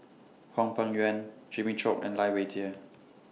Hwang Peng Yuan Jimmy Chok and Lai Weijie